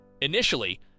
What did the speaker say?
Initially